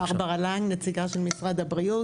ברברה לנג, נציגה של משרד הבריאות.